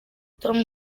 tom